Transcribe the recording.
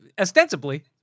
ostensibly